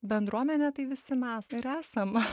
bendruomenė tai visi mes ir esam